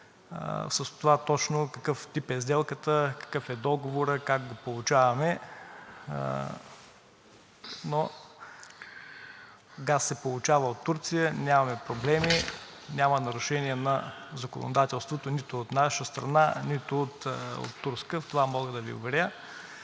с това точно какъв тип е сделката, какъв е договорът, как го получаваме. Но газ се получава от Турция, нямаме проблеми. Няма нарушение на законодателството нито от наша страна, нито от турска, в това мога да Ви уверя.